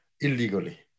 illegally